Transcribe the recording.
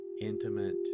intimate